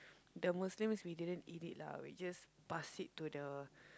the Muslims we didn't eat it lah we just pass it to the